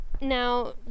Now